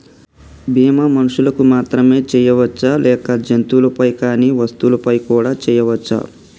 బీమా మనుషులకు మాత్రమే చెయ్యవచ్చా లేక జంతువులపై కానీ వస్తువులపై కూడా చేయ వచ్చా?